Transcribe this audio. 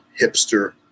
hipster